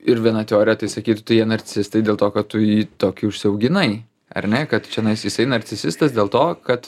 ir viena teorija tai sakytų tai jie narcistai dėl to kad tu jį tokį užsiauginai ar ne kad čionais jisai narcisistas dėl to kad